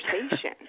conversation